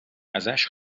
ازش